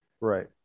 Right